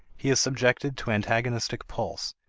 he is subjected to antagonistic pulls,